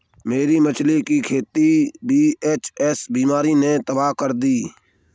मेरी मछली की खेती वी.एच.एस बीमारी ने तबाह कर दी